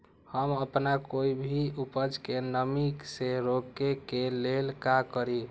हम अपना कोई भी उपज के नमी से रोके के ले का करी?